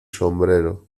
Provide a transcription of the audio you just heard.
sombrero